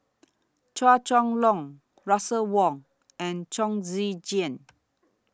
Chua Chong Long Russel Wong and Chong Tze Chien